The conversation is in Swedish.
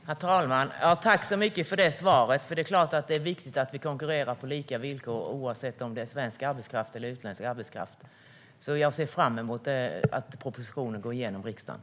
Herr talman! Jag tackar för svaret. Det är såklart viktigt att vi konkurrerar på lika villkor oavsett om det är svensk eller utländsk arbetskraft. Jag ser fram emot att propositionen går igenom i riksdagen.